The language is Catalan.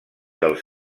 els